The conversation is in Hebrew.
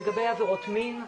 לגבי עבירות מין,